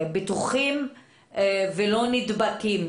בטוחים ולא נדבקים.